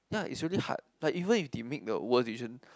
ya it's really hard like even if did made your own decision